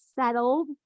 settled